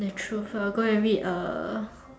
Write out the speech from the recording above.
the truth I'll go and read a a